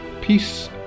Peace